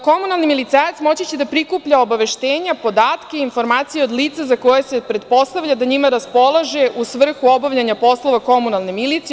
Komunalni milicajac moći će da prikuplja obaveštenja, podatke, informacije od lica za koja se pretpostavlja da njima raspolaže u svrhu obavljanja poslova komunalne milicije.